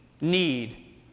need